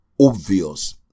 obvious